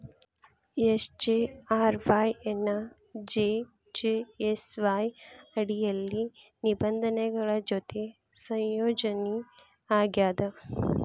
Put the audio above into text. SGRY ಎನ್ನಾ JGSY ಅಡಿಯಲ್ಲಿ ನಿಬಂಧನೆಗಳ ಜೊತಿ ಸಂಯೋಜನಿ ಆಗ್ಯಾದ